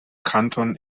kanton